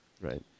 Right